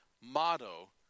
motto